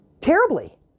Terribly